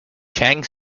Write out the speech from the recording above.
chang